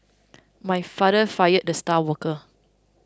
my father fired the star worker